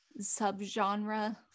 subgenre